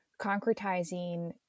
concretizing